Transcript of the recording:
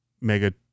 mega